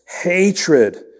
hatred